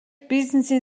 бизнесийн